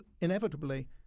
inevitably